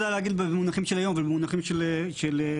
להגיד במונחים של היום ובמונחים של 2065,